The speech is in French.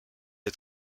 est